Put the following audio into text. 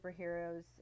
superheroes